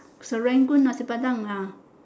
serangoon nasi-padang ah